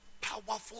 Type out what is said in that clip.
powerful